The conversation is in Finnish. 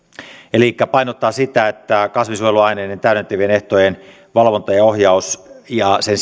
elikkä painottaa sitä että kasvinsuojeluaineiden täydentävien ehtojen valvonnalla ja ohjauksella ja sen